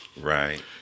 Right